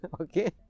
Okay